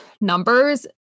numbers